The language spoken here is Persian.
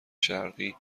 شرقی